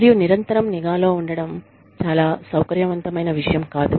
మరియు నిరంతరం నిఘాలో ఉండటం చాలా సౌకర్యవంతమైన విషయం కాదు